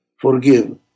Forgive